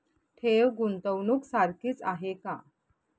ठेव, गुंतवणूक सारखीच आहे का?